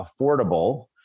affordable